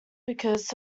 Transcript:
because